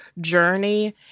journey